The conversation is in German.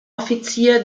offizier